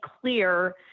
clear